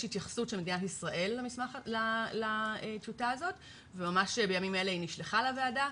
התייחסות של מדינת ישראל לטיוטה הזו וממש בימים אלה היא נשלחה לוועדה,